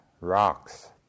rocks